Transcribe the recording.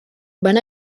van